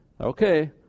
Okay